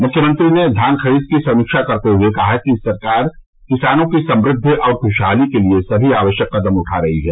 मुख्यमंत्री ने धान खरीद की समीक्षा करते हुए कहा कि सरकार किसानों की समृद्वि और खुशहाली के लिये सभी आवश्यक कदम उठा रही है